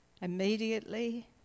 Immediately